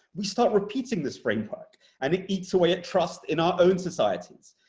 we start repeating this framework and it eats away at trust in our own societies.